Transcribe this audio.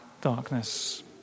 darkness